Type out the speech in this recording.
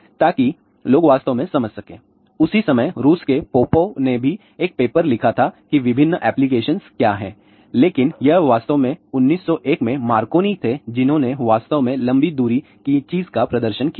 ताकि लोग वास्तव में समझ सकें उसी समय रूस के Popov ने भी एक पेपर लिखा था कि विभिन्न एप्लीकेशंस क्या है लेकिन यह वास्तव में 1901 में मार्कोनी थे जिन्होंने वास्तव में लंबी दूरी की चीज का प्रदर्शन किया था